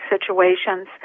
situations